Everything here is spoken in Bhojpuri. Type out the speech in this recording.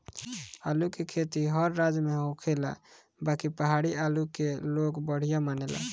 आलू के खेती हर राज में होखेला बाकि पहाड़ी आलू के लोग बढ़िया मानेला